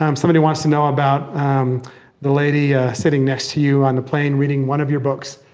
um somebody wants to know about the lady sitting next to you on the plane reading one of your books.